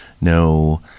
no